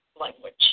language